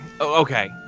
Okay